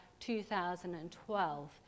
2012